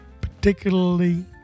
particularly